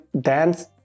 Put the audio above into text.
dance